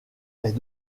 est